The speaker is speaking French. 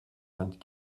vingt